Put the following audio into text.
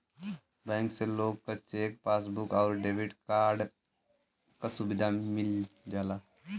bank से लोग क चेक, पासबुक आउर डेबिट या क्रेडिट कार्ड क सुविधा मिल जाला